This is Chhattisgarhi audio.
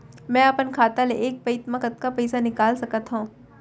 मैं अपन खाता ले एक पइत मा कतका पइसा निकाल सकत हव?